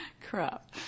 Crap